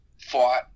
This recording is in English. fought